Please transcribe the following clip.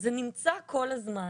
זה נמצא כל הזמן.